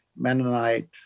Mennonite